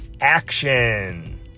action